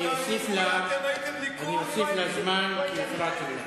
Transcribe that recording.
אני אוסיף לה זמן, כי הפרעתם לה.